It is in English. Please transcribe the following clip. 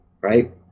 Right